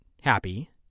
happy